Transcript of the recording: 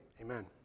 amen